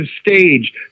stage